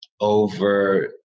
over